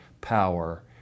power